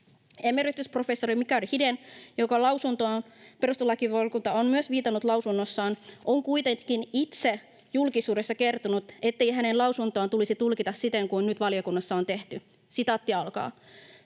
Emeritusprofessori Mikael Hidén, jonka lausuntoon perustuslakivaliokunta on myös viitannut lausunnossaan, on kuitenkin itse julkisuudessa kertonut, ettei hänen lausuntoaan tulisi tulkita siten kuin nyt valiokunnassa on tehty. ”Suomi ei